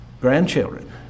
grandchildren